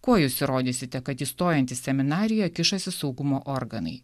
kuo jūs įrodysite kad įstojant į seminariją kišasi saugumo organai